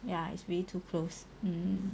ya it's really too close